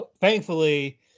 thankfully